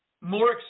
more